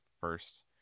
first